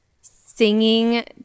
singing